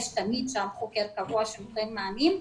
ויש תמיד שם חוקר קבוע שנותן מענים,